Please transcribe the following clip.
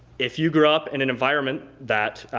if you grew up in an environment that,